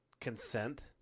consent